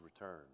return